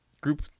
group